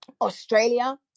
Australia